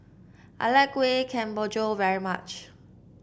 I like Kueh Kemboja very much